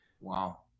Wow